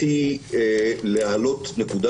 הנקודה